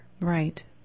right